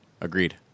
agreed